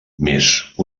més